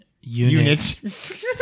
unit